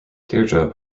deirdre